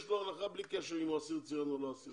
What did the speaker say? יש לו הנחה בלי קשר אם הוא אסיר ציון או לא אסיר ציון.